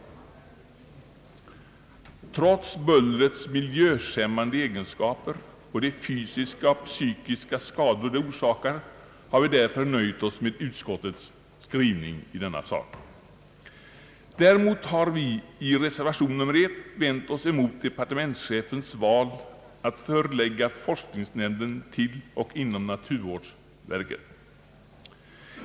Trots bullrets miljöskämmande egenskaper och de fysiska och psykiska skador som det orsakar har vi därför nöjt oss med utskottets skrivning. Däremot har vi i reservation nr 1 vänt oss emot departementschefens val att förlägga forskningsnämnden till och inom naturvårdsverket.